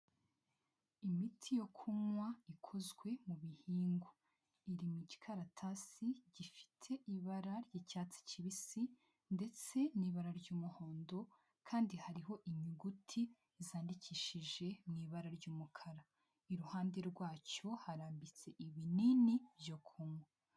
Imiti yo kunywa ikozwe mu bihingwa, iri mu gikaratasi gifite ibara ry'icyatsi kibisi ndetse n'ibara ry'umuhondo kandi hariho inyuguti zandikishije mu ibara ry'umukara, iruhande rwacyo harambitse ibinini byo kunywa.